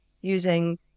using